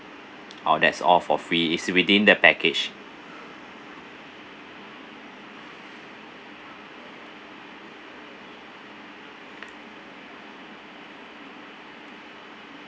orh that's all for free is within the package